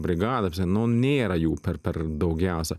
brigadą ta prasme nu nėra jų per per daugiausia